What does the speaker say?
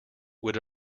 would